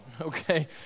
okay